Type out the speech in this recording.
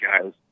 guys